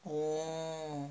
oo